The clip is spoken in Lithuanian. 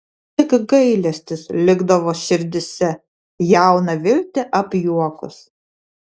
tik gailestis likdavo širdyse jauną viltį apjuokus